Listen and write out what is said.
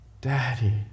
Daddy